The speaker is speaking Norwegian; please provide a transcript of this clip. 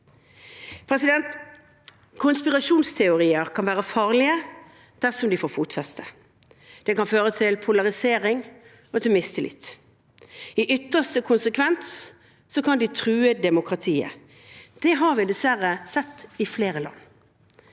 Konspirasjonsteorier kan være farlige dersom de får fotfeste. Det kan føre til polarisering og mistillit. I ytterste konsekvens kan det true demokratiet. Det har vi dessverre sett i flere land.